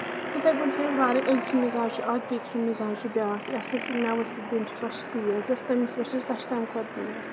تِتھَے پٲٹھۍ چھِ أسۍ واریاہ أکۍ سُنٛد مِزاز چھُ اکھ بیٚکہِ سُنٛد مِزاز چھُ بیاکھ یۄس مےٚ ؤسِتھ بیٚنہِ چھُ سۄ چھِ تیز یۄس تٔمِس وٕچھ تۄہہِ چھِ تَمہِ کھۄتہٕ تیز